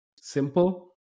simple